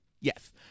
Yes